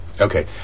okay